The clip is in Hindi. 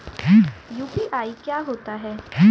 यू.पी.आई क्या होता है?